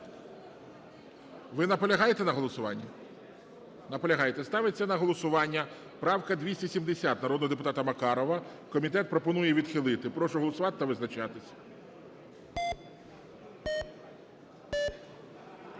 Ви наполягаєте на голосуванні? Наполягаєте. Ставиться на голосування правка 270 народного депутата Макарова. Комітет пропонує її відхилити. Прошу голосувати та визначатися.